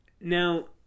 Now